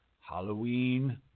Halloween